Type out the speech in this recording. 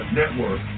network